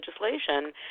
legislation